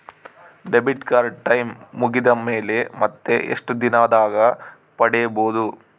Debit card time ಮುಗಿದ ಮೇಲೆ ಮತ್ತೆ ಎಷ್ಟು ದಿನದಾಗ ಪಡೇಬೋದು?